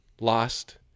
lost